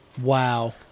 Wow